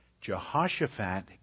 Jehoshaphat